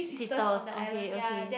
sister okay okay